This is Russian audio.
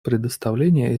предоставление